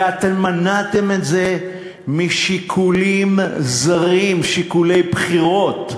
ואתם מנעתם את זה משיקולים זרים, שיקולי בחירות.